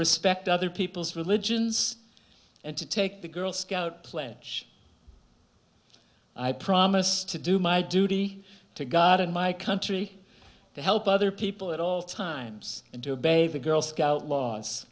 respect other people's religions and to take the girl scout pledge i promised to do my duty to god and my country to help other people at all times and to a baby girl scout law